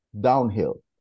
downhill